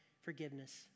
forgiveness